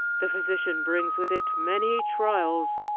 the position brings with it many trials.